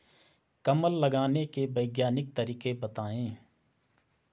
कमल लगाने के वैज्ञानिक तरीके बताएं?